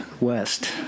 West